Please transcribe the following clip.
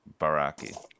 Baraki